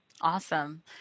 Awesome